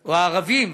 או הערבים,